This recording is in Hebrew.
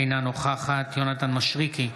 אינה נוכחת יונתן מישרקי,